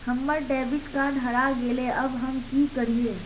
हमर debit card हरा गेले अब हम की करिये?